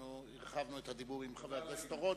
הארכתי את הדיבור עם חבר הכנסת אורון.